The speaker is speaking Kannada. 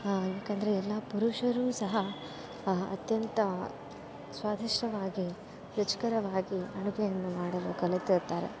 ಹಾಂ ಯಾಕೆಂದ್ರೆ ಎಲ್ಲಾ ಪುರುಷರು ಸಹ ಅತ್ಯಂತ ಸ್ವಾದಿಷ್ಟವಾಗಿ ರುಚಿಕರವಾಗಿ ಅಡುಗೆಯನ್ನು ಮಾಡಲು ಕಲಿತಿರ್ತಾರೆ